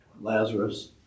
Lazarus